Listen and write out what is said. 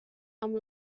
amb